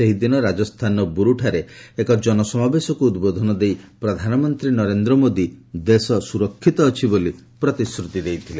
ସେହିଦିନ ରାଜସ୍ଥାନର ଚୁରୁଠାରେ ଏକ ଜନସମାବେଶକୁ ଉଦ୍ବୋଧନ ଦେଇ ପ୍ରଧାନମନ୍ତ୍ରୀ ନରେନ୍ଦ୍ର ମୋଦୀ ଦେଶ ସୁରକ୍ଷିତ ଅଛି ବୋଲି ପ୍ରତିଶ୍ରତି ଦେଇଥିଲେ